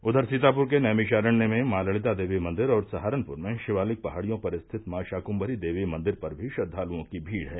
उधर सीतापूर के नैमिषारण्य में मॉ ललिता देवी मंदिर और सहारनपूर में शिवालिक पहाड़ियों पर स्थित मॉ शाकुम्मरी र्दवी मंदिर पर भी श्रद्वालुओं की भीड़ है